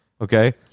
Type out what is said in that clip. Okay